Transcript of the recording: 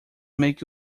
make